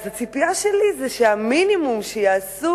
אז הציפייה שלי היא שהמינימום שיעשו